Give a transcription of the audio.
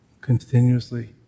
continuously